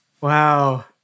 Wow